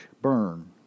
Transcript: burn